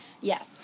Yes